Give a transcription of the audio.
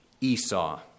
Esau